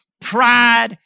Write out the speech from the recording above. pride